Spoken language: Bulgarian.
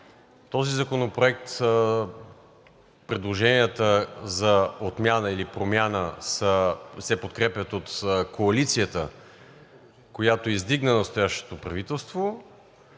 този законопроект предложенията за отмяна или промяна се подкрепят от коалицията, която издигна настоящото правителство.